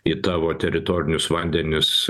į tavo teritorinius vandenis